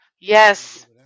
Yes